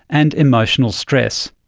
and emotional stress'.